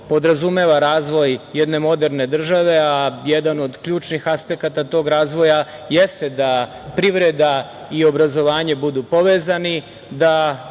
podrazumeva razvoj jedne moderne države. Jedan od ključnih aspekata tog razvoja jeste da privreda i obrazovanje budu povezani,